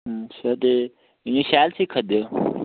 अच्छा ते इं'या शैल सिक्खै दे ओह्